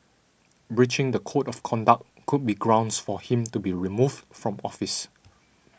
breaching the code of conduct could be grounds for him to be removed from office